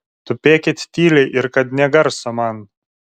tupėkit tyliai ir kad nė garso man